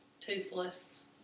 Toothless